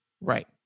right